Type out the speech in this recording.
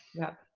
yeah,